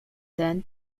then